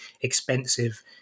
expensive